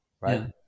right